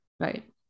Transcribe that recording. Right